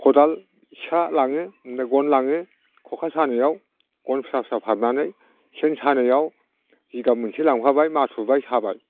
खदाल सिखा लाङो गन लाङो खखा सानायाव गन फिसा फिसा फाननानै सेन सानायाव जिगाब मोनसे लांफाबाय माथुबाय साबाय